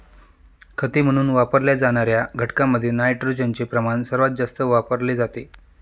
खते म्हणून वापरल्या जाणार्या घटकांमध्ये नायट्रोजनचे प्रमाण सर्वात जास्त वापरले जाते